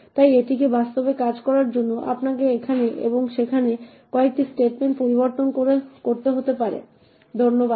তাই এটিকে বাস্তবে কাজ করার জন্য আপনাকে এখানে এবং সেখানে কয়েকটি স্টেটমেন্ট পরিবর্তন করতে হতে পারে ধন্যবাদ